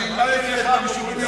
אני אקבע אצלך שיעורים מיוחדים.